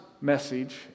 message